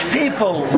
people